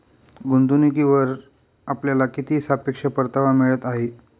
गुंतवणूकीवर आपल्याला किती सापेक्ष परतावा मिळत आहे?